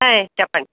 ఆయ్ చెప్పండి